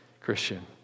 Christian